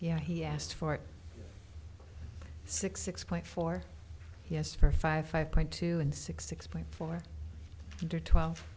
yeah he asked for six six point four yes for five five point two and six six point four